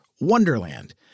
Wonderland